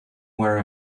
were